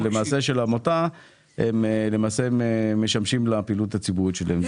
העמותה משמשים לפעילות הציבורית שלהם.